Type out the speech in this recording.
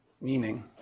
meaning